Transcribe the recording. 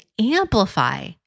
amplify